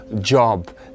job